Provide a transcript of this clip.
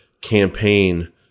campaign